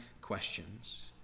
questions